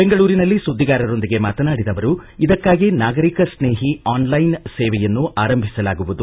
ಬೆಂಗಳೂರಿನಲ್ಲಿ ಸುದ್ದಿಗಾರರೊಂದಿಗೆ ಮಾತನಾಡಿದ ಅವರು ಇದಕ್ಕಾಗಿ ನಾಗರಿಕ ಸ್ನೇಹಿ ಆನ್ಲೈನ್ ಸೇವೆಯನ್ನು ಆರಂಭಿಸಲಾಗುವುದು